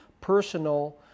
personal